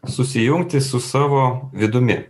susijungti su savo vidumi